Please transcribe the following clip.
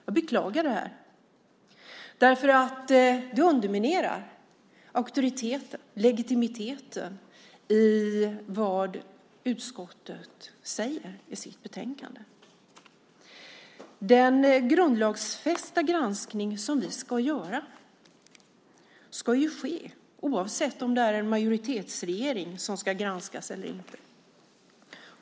Jag beklagar det här, för det underminerar auktoriteten, legitimiteten, i vad utskottet säger i sitt betänkande. Den grundlagsfästa granskning som vi ska göra ska ju ske oavsett om det är en majoritetsregering som ska granskas eller inte.